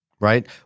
Right